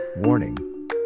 warning